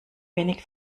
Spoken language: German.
wenig